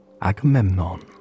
Agamemnon